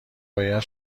باید